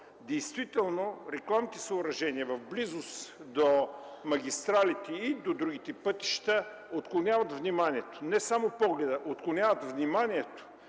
Второ, рекламните съоръжения в близост до магистралите и до другите пътища отклоняват вниманието. Не само погледа отклоняват, отклоняват вниманието.